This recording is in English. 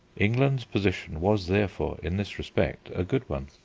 england's position was, therefore, in this respect a good one.